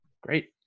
Great